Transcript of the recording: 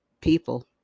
people